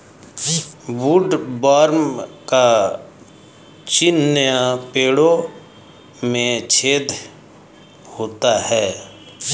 woodworm का चिन्ह पेड़ों में छेद होता है